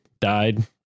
died